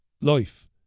life